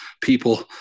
people